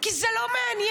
כי זה לא מעניין,